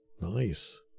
Nice